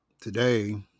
Today